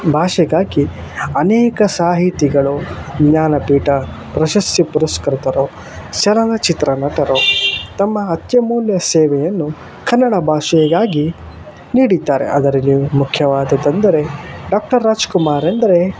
ಭಾಷೆಗಾಗಿ ಅನೇಕ ಸಾಹಿತಿಗಳು ಜ್ಞಾನಪೀಠ ಪ್ರಶಸ್ತಿ ಪುರಸ್ಕೃತರು ಚಲನಚಿತ್ರ ನಟರು ತಮ್ಮ ಅತ್ಯಮೂಲ್ಯ ಸೇವೆಯನ್ನು ಕನ್ನಡ ಭಾಷೆಗಾಗಿ ನೀಡಿದ್ದಾರೆ ಅದರಲ್ಲಿ ಮುಖ್ಯವಾದುದು ಅಂದರೆ ಡಾಕ್ಟರ್ ರಾಜ್ಕುಮಾರ್ ಎಂದರೆ